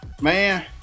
Man